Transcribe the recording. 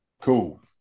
cool